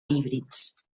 híbrids